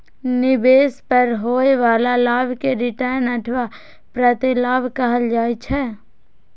निवेश पर होइ बला लाभ कें रिटर्न अथवा प्रतिलाभ कहल जाइ छै